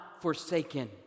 forsaken